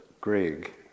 Greg